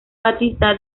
battista